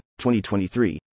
2023